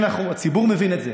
הציבור מבין את זה,